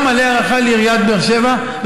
גם מלא הערכה לעיריית באר שבע.